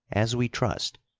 as we trust,